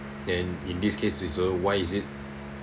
then in this case is also why is it